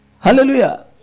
Hallelujah